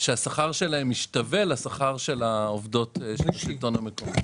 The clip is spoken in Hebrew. שהשכר שלהן משתווה לשכר של העובדות של השלטון המקומי.